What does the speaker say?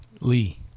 Lee